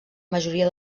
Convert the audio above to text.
majoria